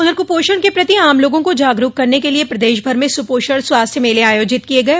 उधर कुपोषण के प्रति आम लोगों को जागरूक करने के लिए प्रदेश भर में सुपोषण स्वास्थ्य मेले आयोजित किये गये